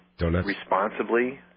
responsibly